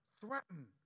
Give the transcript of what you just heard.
threaten